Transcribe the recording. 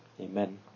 Amen